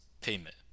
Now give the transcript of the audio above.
payment